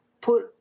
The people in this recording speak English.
put